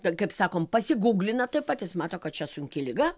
ten kaip sakom pasigūglina tuoj pat jis mato kad čia sunki liga